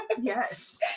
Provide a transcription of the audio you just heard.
Yes